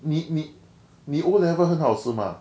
你你你 O level 很好是吗